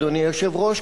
אדוני היושב-ראש,